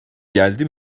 geldi